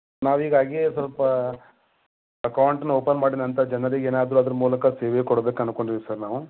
ನಾವು ಹೀಗಾಗಿ ಸ್ವಲ್ಪ ಅಕೌಂಟ್ನ ಓಪನ್ ಮಾಡಿದ ನಂತರ ಜನರಿಗೆ ಏನಾದರು ಅದ್ರ ಮೂಲಕ ಸೇವೆ ಕೊಡ್ಬೇಕು ಅನ್ಕೊಂಡೀವಿ ಸರ್ ನಾವು